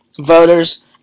voters